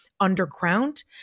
Underground